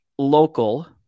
Local